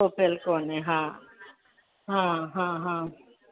सोफ़िल कोन्हे हा हा हा हा